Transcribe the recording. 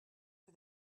for